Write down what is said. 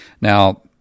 Now